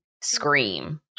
scream